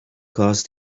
caused